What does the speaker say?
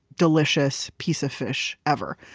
delicious piece of fish ever.